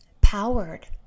powered